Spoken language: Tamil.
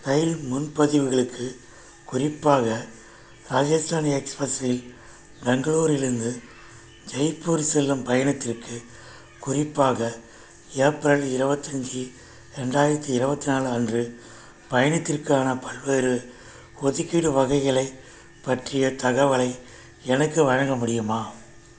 ரயில் முன்பதிவுகளுக்கு குறிப்பாக ராஜஸ்தான் எக்ஸ்பிரெஸில் பெங்களூரிலிருந்து ஜெய்ப்பூர் செல்லும் பயணத்திற்கு குறிப்பாக ஏப்ரல் இருபத்தஞ்சு ரெண்டாயிரத்தி இருவத்தி நாலு அன்று பயணத்திற்கான பல்வேறு ஒதுக்கீடு வகைகளை பற்றிய தகவலை எனக்கு வழங்க முடியுமா